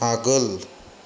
आगोल